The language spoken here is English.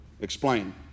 explain